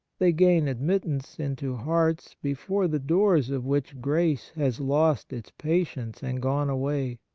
they gain admit tance into hearts before the doors of which grace has lost its patience and gone away.